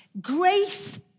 Grace